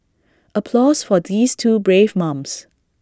applause for these two brave mums